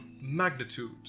magnitude